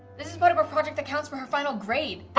this is part of her project that counts for her final grade.